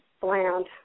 bland